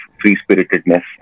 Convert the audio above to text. free-spiritedness